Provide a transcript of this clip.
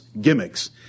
gimmicks